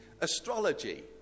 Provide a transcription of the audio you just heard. astrology